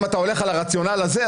אם אתה הולך על הרציונל הזה,